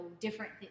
different